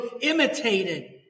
imitated